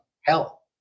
hell